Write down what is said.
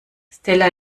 stella